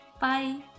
bye